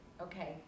okay